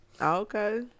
Okay